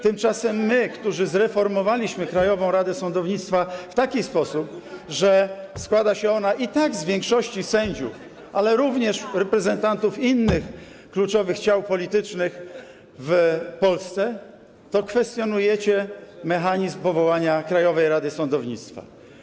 Tymczasem my zreformowaliśmy Krajową Radę Sądownictwa w taki sposób, że składa się ona i tak w większości z sędziów, ale również z reprezentantów innych kluczowych w Polsce ciał politycznych, a wy kwestionujecie mechanizm powołania Krajowej Rady Sądownictwa.